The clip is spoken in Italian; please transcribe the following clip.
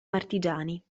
partigiani